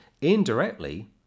Indirectly